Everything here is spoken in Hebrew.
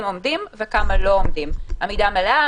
עומדים וכמה לא עומדים עמידה מלאה,